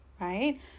right